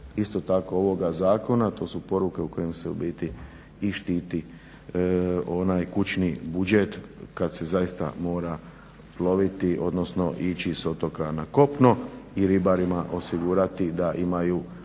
isto tako ovoga zakona, to su poruke kojim se u biti i štiti onaj kućni budžet kada se zaista mora ploviti odnosno ići sa otoka na kopno i ribarima osigurati da imaju plavi